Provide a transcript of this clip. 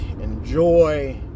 Enjoy